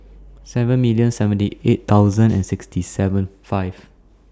seven million seventy eight thousand and six hundred seventy five